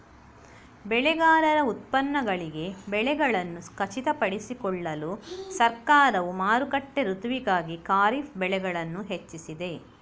ಬೆಳೆಗಾರರ ಉತ್ಪನ್ನಗಳಿಗೆ ಬೆಲೆಗಳನ್ನು ಖಚಿತಪಡಿಸಿಕೊಳ್ಳಲು ಸರ್ಕಾರವು ಮಾರುಕಟ್ಟೆ ಋತುವಿಗಾಗಿ ಖಾರಿಫ್ ಬೆಳೆಗಳನ್ನು ಹೆಚ್ಚಿಸಿದೆ